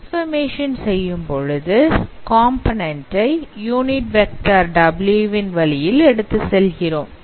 transformation செய்யும்பொழுது component I unit vector W வின் வழியில் எடுத்துச் செல்கிறோம்